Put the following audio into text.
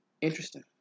interesting